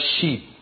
sheep